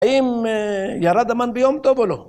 ‫האם ירד המן ביום טוב או לא?